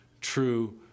true